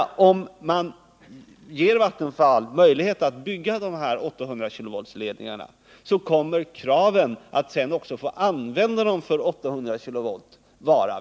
Ger man Vattenfall möjlighet att bygga de här 800-kV-ledningarna, kommer också kraven att sedan bli mycket starka att få använda ledningarna för 800 kV.